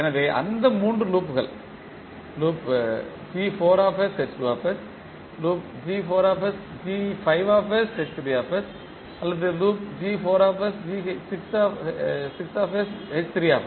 எனவே அந்த மற்ற 3 லூப்கள் லூப் லூப் அல்லது லூப்